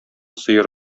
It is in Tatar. сыер